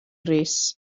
rees